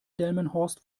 delmenhorst